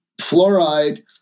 fluoride